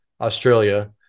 Australia